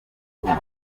atuma